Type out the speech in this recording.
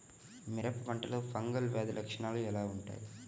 మిరప పంటలో ఫంగల్ వ్యాధి లక్షణాలు ఎలా వుంటాయి?